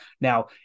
Now